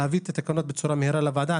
להביא במהירות את התקנות לוועדה,